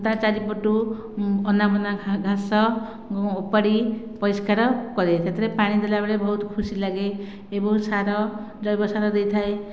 ତା ଚାରିପଟୁ ଅନାବନା ଘା ଘାସ ଉପାଡ଼ି ପରିଷ୍କାର କରେ ସେଥିରେ ପାଣି ଦେଲାବେଳେ ବହୁତ ଖୁସି ଲାଗେ ଏବଂ ସାର ଜୈବ ସାର ଦେଇଥାଏ